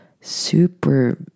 super